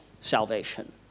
salvation